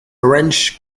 wrench